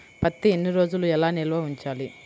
పత్తి ఎన్ని రోజులు ఎలా నిల్వ ఉంచాలి?